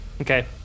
Okay